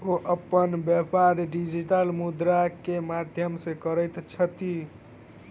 ओ अपन व्यापार डिजिटल मुद्रा के माध्यम सॅ करैत छथि